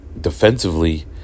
defensively